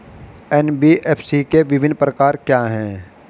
NBFC के विभिन्न प्रकार क्या हैं?